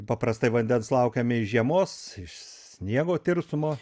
paprastai vandens laukiame iš žiemos iš sniego tirpsmo